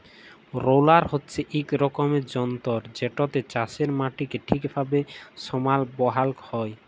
roller হছে ইক রকমের যল্তর যেটতে চাষের মাটিকে ঠিকভাবে সমাল বালাল হ্যয়